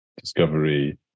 discovery